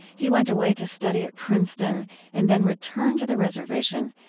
he went away to study at princeton and then returned to the reservation,